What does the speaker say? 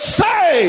say